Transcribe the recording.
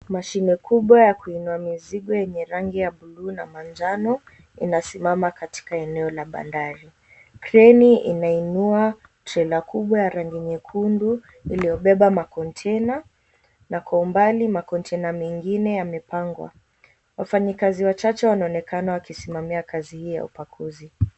Mashini kubwa ya kuinua mizigo yenye rangi ya bluu na manjano, ina simama katika eneo la bandari, kreni inainua trela kubwa ya rangi nyekundu ilobeba makontaina na kwa umbali makontaina mengine yamepangwa. Wafanyikazi wachache wanaonekana wakisimamia kazi hii ya upakuzi.